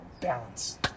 Balance